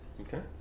Okay